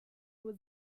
nur